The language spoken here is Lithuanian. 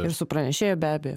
ir su pranešėju be abejo